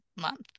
month